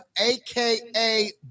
aka